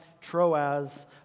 Troas